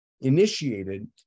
initiated